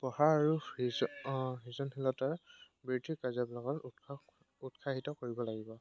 পঢ়া আৰু সিজ সৃজনশীলতাৰ বৃদ্ধি কাৰ্যকলাপত উৎসাহ উৎসাহিত কৰিব লাগিব